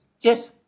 Yes